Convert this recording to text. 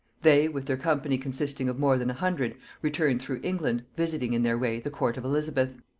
they with their company consisting of more than a hundred returned through england, visiting in their way the court of elizabeth.